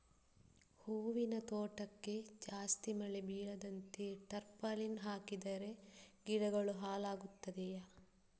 ಹೂವಿನ ತೋಟಕ್ಕೆ ಜಾಸ್ತಿ ಮಳೆ ಬೀಳದಂತೆ ಟಾರ್ಪಾಲಿನ್ ಹಾಕಿದರೆ ಗಿಡಗಳು ಹಾಳಾಗುತ್ತದೆಯಾ?